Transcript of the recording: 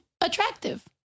attractive